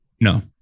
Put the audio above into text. no